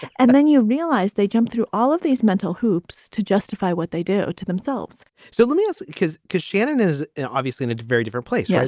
and then you realize they jump through all of these mental hoops to justify what they do to themselves so let me ask cause cause shannon is obviously in its very different place. yes.